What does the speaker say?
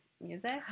music